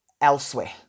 elsewhere